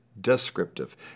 descriptive